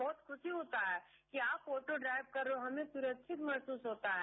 बहुत खुशी होता है कि आप ऑटो ड्राइव कर रहे हो हमे सुरक्षित महसूस होता है